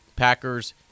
Packers